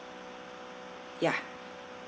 ya